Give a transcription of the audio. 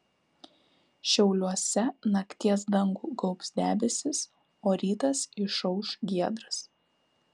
šiauliuose nakties dangų gaubs debesys o rytas išauš giedras